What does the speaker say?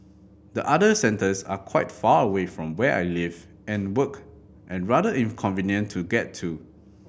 the other centres are quite far away from where I live and work and rather inconvenient to get to